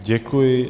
Děkuji.